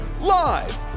live